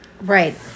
Right